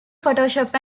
photoshop